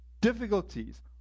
difficulties